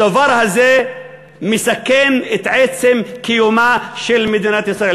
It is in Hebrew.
הדבר הזה מסכן את עצם קיומה של מדינת ישראל.